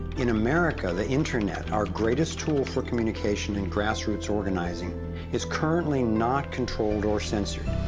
in america, the internet, our greatest tool for communication and grassroots organizing is currently not controlled or censored,